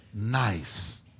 Nice